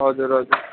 हजुर हजुर